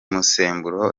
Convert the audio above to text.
musemburo